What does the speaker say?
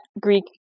Greek